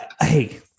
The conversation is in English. hey